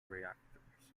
reactors